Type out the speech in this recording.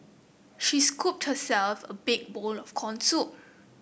she scooped herself a big bowl of corn soup